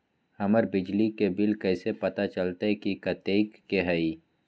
हमर बिजली के बिल कैसे पता चलतै की कतेइक के होई?